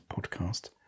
podcast